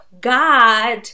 God